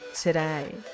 today